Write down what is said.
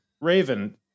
Raven